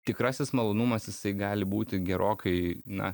tikrasis malonumas jisai gali būti gerokai na